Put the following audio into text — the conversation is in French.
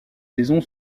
saison